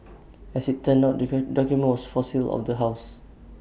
as IT turned out document for sale of the house